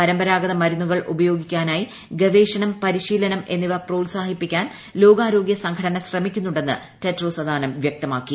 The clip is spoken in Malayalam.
പരമ്പരാഗത മരുന്നുകൾ ഉപയോഗിക്കാനായി ഗവേഷണം പരിശീലനം എന്നിവ പ്രോത്സാഹിപ്പിക്കാൻ ലോകാരോഗ്യ സംഘടന ശ്രമിക്കുന്നുണ്ടെന്ന് ടെഡ്രോസ് അഥാനം വ്യക്തമാക്കി